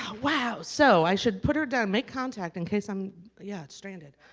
ah wow, so, i should put her down make contact in case i'm yeah it's stranded,